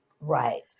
Right